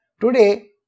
Today